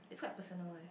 it's quite personal eh